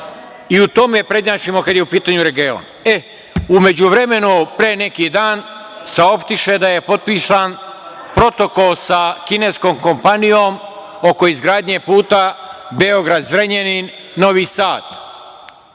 i u tome prednjačimo kada je u pitanju region.U međuvremenu, pre neki dan, saopštiše da je potpisan Protokol sa kineskom kompanijom oko izgradnje puta Beograd – Zrenjanin – Novi Sad.